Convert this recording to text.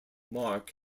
marc